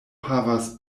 havas